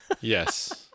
yes